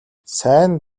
сайн